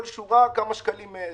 כל שורה כמה שקלים,